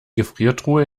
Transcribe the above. gefriertruhe